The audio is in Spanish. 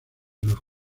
los